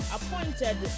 appointed